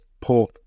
poor